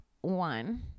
One